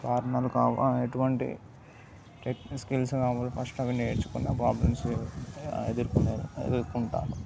కారణాలు కావా ఎటువంటి టెక్నిక్ స్కిల్స్ కావాలో ఫస్ట్ అవి నేర్చుకొని ఆ ప్రాబ్లమ్స్ని ఎదురుకునే ఎదురుకునే లా ఎదురుకుంటాను